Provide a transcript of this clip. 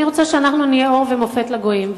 אני רוצה שאנחנו נהיה אור ומופת לגויים,